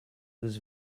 was